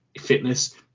fitness